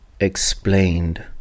explained